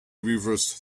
reversed